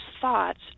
thoughts